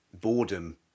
boredom